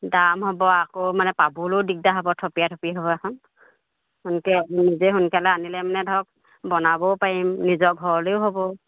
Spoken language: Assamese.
দাম হ'ব আকৌ মানে পাবলৈও দিগদাৰ হ'ব থপিয়া থপি হয় এইখন সোনকালে নিজে সোনকালে আনিলে মানে ধৰক বনাবও পাৰিম নিজৰ ঘৰলৈও হ'ব